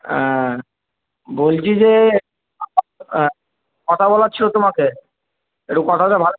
হ্যাঁ বলছি যে কথা বলার ছিল তোমাকে একটু কথাটা ভা